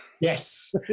yes